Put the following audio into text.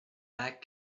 back